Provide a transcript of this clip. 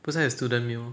不是他有 student meal